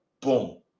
Boom